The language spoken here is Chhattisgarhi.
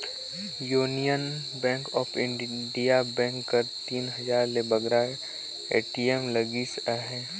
union Bank of India bank कर तीन हजार ले बगरा ए.टी.एम लगिस अहे